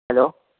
hello